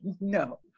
No